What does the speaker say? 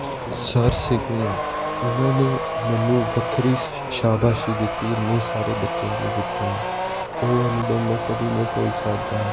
sir ਸੀਗੇ ਇਹਨਾਂ ਨੇ ਮੈਨੂੰ ਵੱਖਰੀ ਸ਼ਾਬਾਸ਼ ਦਿੱਤੀ ਇਨੇ ਸਾਰੇ ਬੱਚਿਆਂ ਦੇ ਵਿੱਚੋਂ ਉਹ ਅਨੁਭਵ ਮੈਂ ਕਦੀ ਨਹੀਂ ਭੁੱਲ ਸਕਦਾ